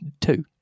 two